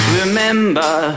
remember